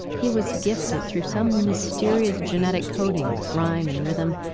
he was gifted, through some mysterious genetic coding, with rhyme and rhythm,